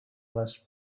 وصل